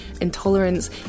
intolerance